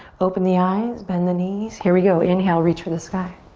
open the eyes, bend the knees. here we go, inhale, reach for the sky.